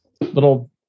little